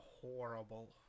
horrible